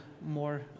more